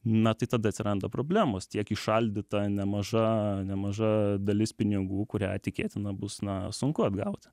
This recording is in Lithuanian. na tai tada atsiranda problemos tiek įšaldyta nemaža nemaža dalis pinigų kurią tikėtina bus na sunku atgauti